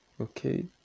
okay